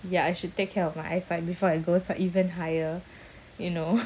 ya I should take care of my eyesight before it goes like even higher you know